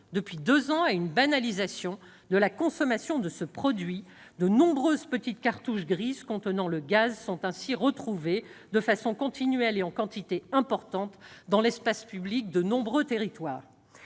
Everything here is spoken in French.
depuis deux ans à une banalisation de la consommation de ce produit : de nombreuses petites cartouches grises contenant le gaz sont retrouvées, de façon continuelle et en quantité importante, dans l'espace public de nombreux territoires.